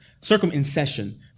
circumcision